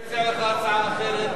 איך להיות אור לגויים.